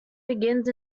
begins